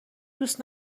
دوست